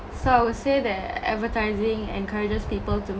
so I would say that advertising encourages people to